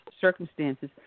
circumstances